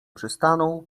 przystanął